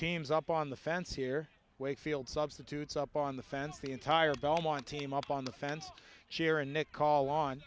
teams up on the fence here wakefield substitutes up on the fence the entire belmont team up on the fence cheer and nichol on